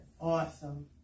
Awesome